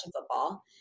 football